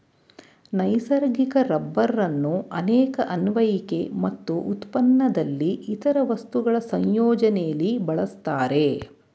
ನೈಸರ್ಗಿಕ ರಬ್ಬರನ್ನು ಅನೇಕ ಅನ್ವಯಿಕೆ ಮತ್ತು ಉತ್ಪನ್ನದಲ್ಲಿ ಇತರ ವಸ್ತುಗಳ ಸಂಯೋಜನೆಲಿ ಬಳಸ್ತಾರೆ